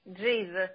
Jesus